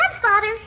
grandfather